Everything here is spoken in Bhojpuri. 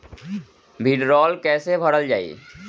भीडरौल कैसे भरल जाइ?